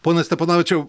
pone steponavičiau